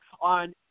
on